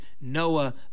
Noah